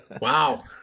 Wow